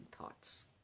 thoughts